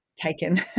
taken